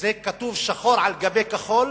שזה כתוב שחור על גבי כחול